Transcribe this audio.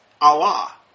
Allah